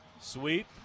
Sweep